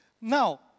Now